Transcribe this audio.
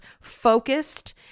focused